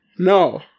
No